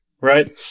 right